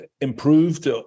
improved